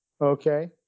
Okay